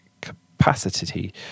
capacity